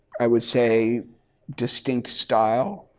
i would say distinct style,